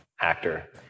actor